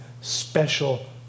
special